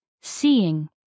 Seeing